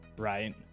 right